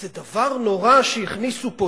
איזה דבר נורא שהכניסו פה,